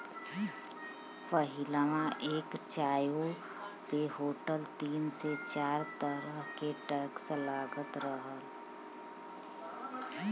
पहिलवा एक चाय्वो पे होटल तीन से चार तरह के टैक्स लगात रहल